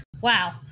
Wow